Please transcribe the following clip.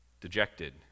dejected